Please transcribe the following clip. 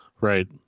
Right